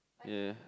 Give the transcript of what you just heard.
ya